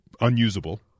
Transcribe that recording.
unusable